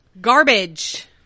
Garbage